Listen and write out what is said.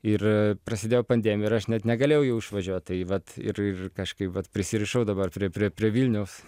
ir prasidėjo pandemija ir aš net negalėjau jau išvažiuot tai vat ir ir kažkaip vat prisirišau dabar prie prie prie vilniaus